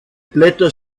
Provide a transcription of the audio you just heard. blätter